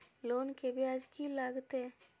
Loan के ब्याज की लागते?